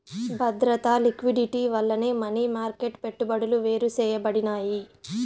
బద్రత, లిక్విడిటీ వల్లనే money market పెట్టుబడులు వేరుసేయబడినాయి